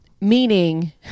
meaning